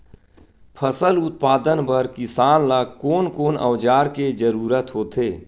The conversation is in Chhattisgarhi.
फसल उत्पादन बर किसान ला कोन कोन औजार के जरूरत होथे?